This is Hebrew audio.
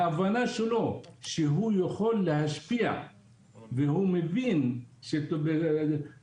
ההבנה שלו שהוא יכול להשפיע והוא מבין שבמשחק